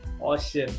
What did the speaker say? Awesome